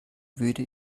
würde